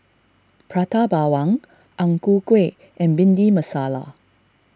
Prata Bawang Ang Ku Kueh and Bhindi Masala